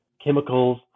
chemicals